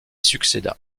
succéda